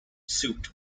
suit